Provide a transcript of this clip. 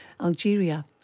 Algeria